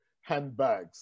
handbags